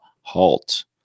halt